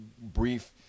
Brief